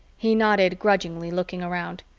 he nodded grudgingly, looking around.